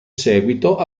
seguito